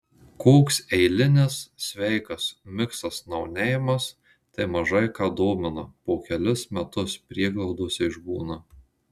koks eilinis sveikas miksas nauneimas tai mažai ką domina po kelis metus prieglaudose išbūna